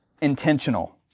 intentional